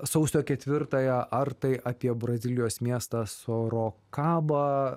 sausio ketvirtąją ar tai apie brazilijos miestą sorokabą